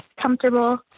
comfortable